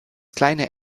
kleine